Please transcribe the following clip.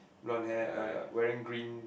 blonder hair uh wearing green